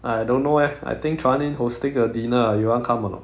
I don't know eh I think chuan yin hosting a dinner you want come or not